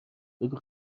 بگو